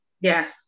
yes